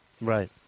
Right